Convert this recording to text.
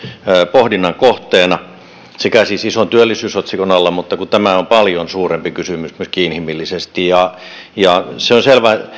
pohdinnan kohteena siis ison työllisyysotsikon alla mutta tämä on paljon suurempi kysymys myöskin inhimillisesti se on selvä